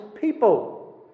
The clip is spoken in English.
people